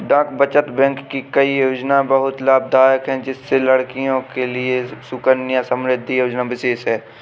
डाक बचत बैंक की कई योजनायें बहुत लाभदायक है जिसमें लड़कियों के लिए सुकन्या समृद्धि योजना विशेष है